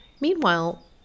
Meanwhile